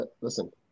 Listen